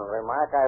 remark